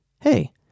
Hey